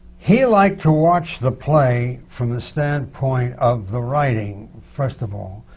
he liked to watch the play from the standpoint of the writing, first of all,